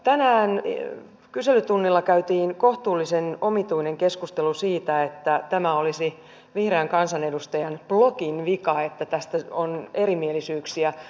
tänään kyselytunnilla käytiin kohtuullisen omituinen keskustelu siitä että tämä olisi vihreän kansanedustajan blogin vika että tästä on erimielisyyksiä